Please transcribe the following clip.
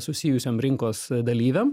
susijusiom rinkos dalyviam